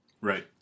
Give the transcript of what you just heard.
Right